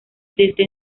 desde